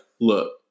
look